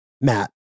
Matt